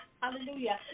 hallelujah